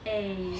eh